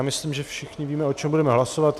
Myslím, že všichni víme, o čem budete hlasovat...